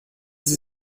sie